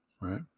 Right